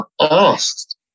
asked